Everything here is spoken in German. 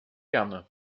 gerne